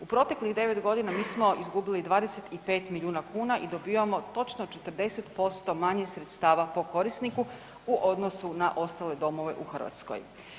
U proteklih 9.g. mi smo izgubili 25 milijuna kuna i dobivamo točno 40% manje sredstava po korisniku u odnosu na ostale domove u Hrvatskoj.